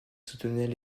soutenaient